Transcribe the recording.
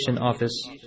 Office